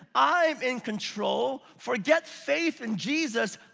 i'm in control. forget faith in jesus.